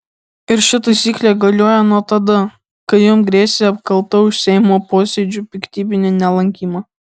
ir ši taisyklė galioja nuo tada kai jam grėsė apkalta už seimo posėdžių piktybinį nelankymą